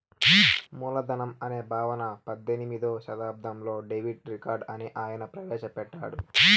మూలధనం అనే భావన పద్దెనిమిదో శతాబ్దంలో డేవిడ్ రికార్డో అనే ఆయన ప్రవేశ పెట్టాడు